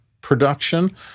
production –